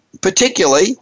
particularly